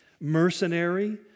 Mercenary